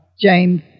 james